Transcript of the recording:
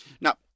Now